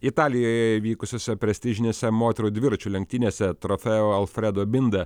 italijoje vykusiose prestižinėse moterų dviračių lenktynėse trofeo alfredo binda